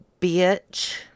bitch